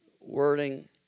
wording